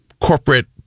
corporate